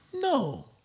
no